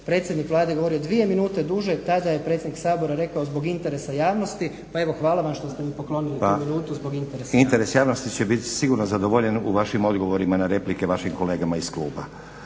predsjednik Vlade govorio 2 minute duže, tada je predsjednik Sabora rekao, zbog interesa javnosti, pa evo hvala vam što ste mi poklonili tu minutu zbog interesa javnosti. **Stazić, Nenad (SDP)** Pa, interes javnosti će biti sigurno zadovoljen u vašim odgovorima na replike vašim kolegama iz kluba.